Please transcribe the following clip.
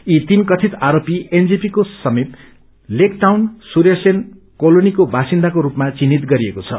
यी तीन कथित आरोपी एनजेपीको समिप लेक टाउन सूर्य सेन कोलोनीको वासिन्दाको रूपमा चिन्हित गरिएको छ